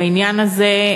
רצוני לשאול בעניין הזה: